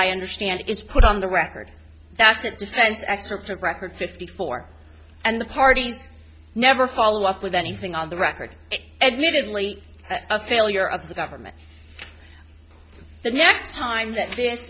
i understand is put on the record that's a defense experts of record fifty four and the parties never follow up with anything on the record admittedly a failure of the government the next time that this